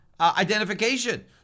identification